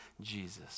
Jesus